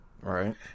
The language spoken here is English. Right